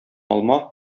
алма